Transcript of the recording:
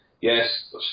Yes